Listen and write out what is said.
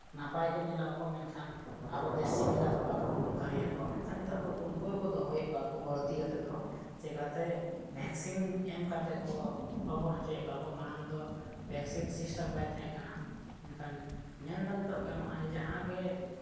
ᱱᱟᱯᱟᱭ ᱠᱚ ᱧᱮᱞᱚᱜ ᱟᱠᱚ ᱢᱮᱱᱠᱷᱟᱱ ᱟᱵᱚ ᱫᱮᱥᱤ ᱞᱮᱠᱟ ᱫᱚ ᱵᱟᱠᱚ ᱜᱩᱱ ᱫᱟᱲᱮᱭᱟ ᱠᱚᱣᱟ ᱢᱮᱱᱠᱷᱟᱱ ᱱᱤᱛᱚᱜ ᱫᱚ ᱩᱱᱠᱩ ᱜᱮᱠᱚ ᱫᱚᱦᱚᱭᱮᱫ ᱠᱚᱣᱟ ᱠᱚ ᱵᱟᱹᱲᱛᱤ ᱠᱟᱛᱮᱫ ᱫᱚ ᱪᱤᱠᱟᱹᱛᱮ ᱵᱷᱮᱠᱥᱤᱱ ᱮᱢ ᱠᱟᱛᱮᱫ ᱠᱚ ᱦᱚᱯᱚᱱ ᱦᱚᱪᱚᱭᱮᱫ ᱠᱚᱣᱟ ᱠᱚ ᱢᱟᱲᱟᱝ ᱫᱚ ᱵᱷᱮᱠᱥᱤᱱ ᱥᱤᱥᱴᱮᱢ ᱵᱟᱭ ᱛᱟᱦᱮᱸ ᱠᱟᱱᱟ ᱢᱮᱱᱠᱷᱟᱱ ᱢᱮᱱᱫᱚ ᱱᱤᱛᱚᱜ ᱜᱟᱱᱚᱜᱼᱟ ᱡᱟᱦᱟᱸᱜᱮ